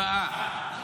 זוועה.